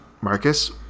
Marcus